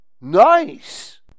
Nice